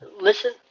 listen